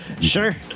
sure